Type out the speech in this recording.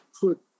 put